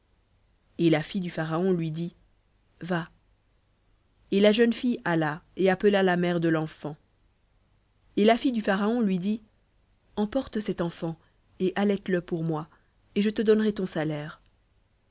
et la fille du pharaon lui dit va et la jeune fille alla et appela la mère de lenfant et la fille du pharaon lui dit emporte cet enfant et allaite le pour moi et je te donnerai ton salaire